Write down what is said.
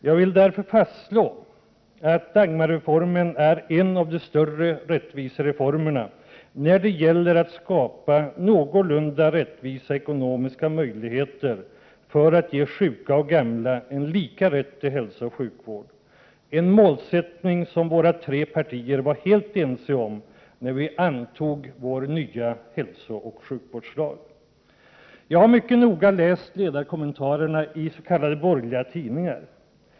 Jag vill därför fastslå att Dagmarreformen är en av de större rättvisereformerna när det gäller att skapa någorlunda rättvisa ekonomiska möjligheter för att ge sjuka och gamla en ”lika rätt till hälsooch sjukvård”. Det är en målsättning som våra tre partier var helt ense om när vi antog vår nya hälsooch sjukvårdslag. Jag har mycket noga läst ledarkommentarerna i s.k. borgerliga tidningar.